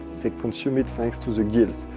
they consume it, thanks to the gills.